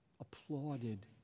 applauded